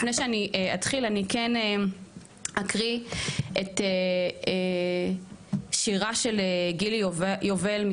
לפני שאני אתחיל אני כן אקריא את שירה של גילי יובל,